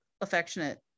affectionate